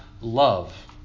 love